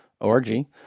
O-R-G